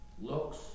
looks